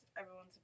everyone's